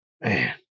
man